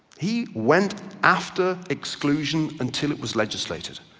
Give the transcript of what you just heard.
he went after exclusion until it was legislated.